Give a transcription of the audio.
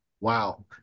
Wow